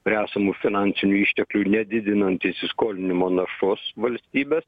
prie esamų finansinių išteklių nedidinant įsiskolinimo naštos valstybės